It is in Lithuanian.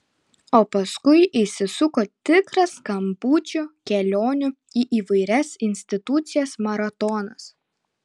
o paskui įsisuko tikras skambučių kelionių į įvairias institucijas maratonas